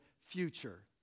future